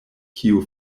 kiu